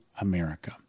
America